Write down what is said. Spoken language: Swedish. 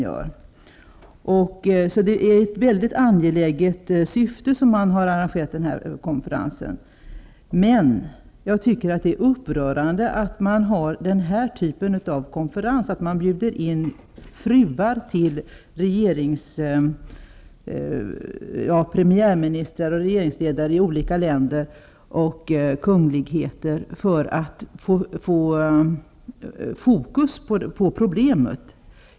Därför har konferensen ett mycket angeläget syfte. Enligt min mening är det upprörande att man har den här typen av konferens. Fruar till regeringschefer liksom kungligheter i olika länder bjuds in för att man skall få fokus på problemet.